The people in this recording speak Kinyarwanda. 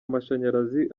amashanyarazi